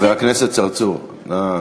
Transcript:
חבר הכנסת צרצור, נא לכבד.